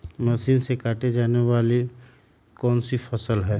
Machine से काटे जाने वाली कौन सी फसल है?